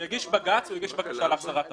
בג"ץ להחזרת תפוס,